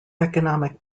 economic